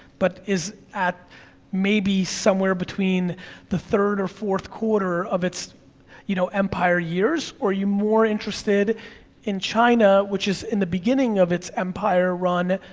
but is at maybe somewhere between the third or fourth quarter of its you know empire years, or are you more interested in china, which is in the beginning of its empire run,